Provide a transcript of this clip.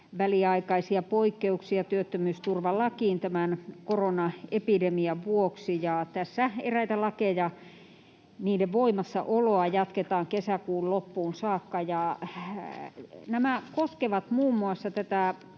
väliaikaisia poikkeuksia työttömyysturvalakiin tämän koronaepidemian vuoksi. Tässä eräiden lakien voimassaoloa jatketaan kesäkuun loppuun saakka, ja nämä koskevat muun muassa tätä